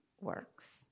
works